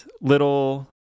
little